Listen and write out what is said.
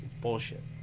bullshit